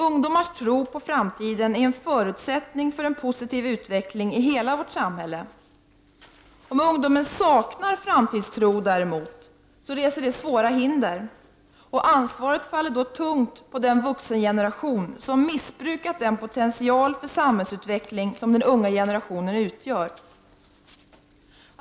Ungdomars tro på framtiden är en förutsättning för en positiv utveckling i hela vårt samhälle. Om ungdomen däremot saknar framtidstro reser detta svåra hinder. Ansvaret faller då tungt på den vuxengeneration som missbrukat den potential för samhällsutveckling som den unga generationen utgör.